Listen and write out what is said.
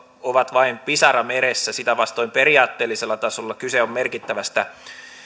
ovat vain pisara meressä sitä vastoin periaatteellisella tasolla kyse on merkittävästä